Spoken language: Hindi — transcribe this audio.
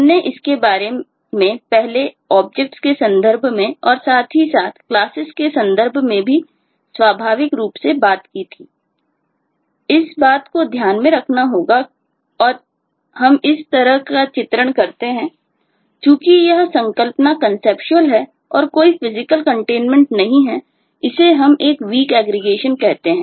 हमने इसके बारे में पहले ऑब्जेक्ट कहते हैं